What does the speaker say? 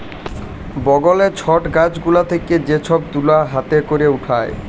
বগলে ছট গাছ গুলা থেক্যে যে সব তুলা হাতে ক্যরে উঠায়